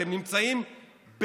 אתם נמצאים בסחרור,